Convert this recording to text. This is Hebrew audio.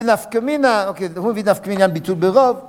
נפקא מינה, אוקיי, הוא מביא נפקא מינה ביטול ברוב